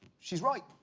she's right.